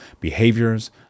behaviors